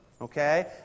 Okay